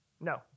No